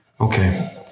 Okay